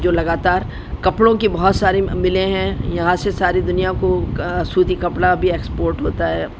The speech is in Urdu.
جو لگاتار کپڑوں کے بہت سارے ملیں ہیں یہاں سے ساری دنیا کو سوتی کپڑا بھی ایکسپورٹ ہوتا ہے